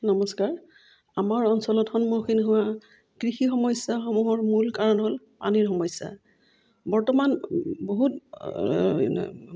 নমস্কাৰ আমাৰ অঞ্চলত সন্মুখীন হোৱা কৃষি সমস্যাসমূহৰ মূল কাৰণ হ'ল পানীৰ সমস্যা বৰ্তমান বহুত